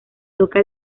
toca